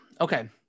Okay